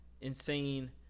insane